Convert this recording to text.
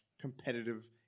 competitive